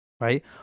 right